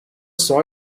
saw